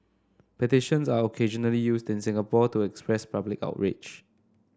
petitions are occasionally used in Singapore to express public outrage